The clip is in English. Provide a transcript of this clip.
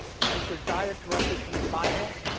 they take their diet directly from the bible.